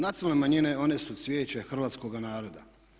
Nacionalne manjine one su cvijeće hrvatskoga naroda.